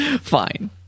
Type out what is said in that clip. Fine